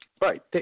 Right